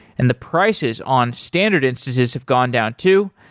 and the prices on standard instances have gone down too.